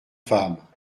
femmes